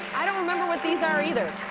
i don't remember what these are either.